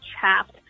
chapped